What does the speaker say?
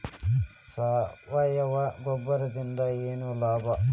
ಸಾವಯವ ಗೊಬ್ಬರದಿಂದ ಏನ್ ಲಾಭ?